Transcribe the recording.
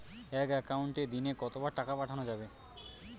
এক একাউন্টে দিনে কতবার টাকা পাঠানো যাবে?